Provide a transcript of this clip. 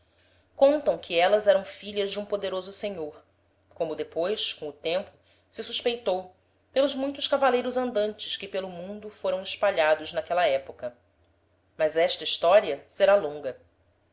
contam que élas eram filhas de um poderoso senhor como depois com o tempo se suspeitou pelos muitos cavaleiros andantes que pelo mundo foram espalhados n'aquela epoca mas esta historia será longa